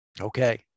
Okay